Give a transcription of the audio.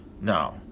Now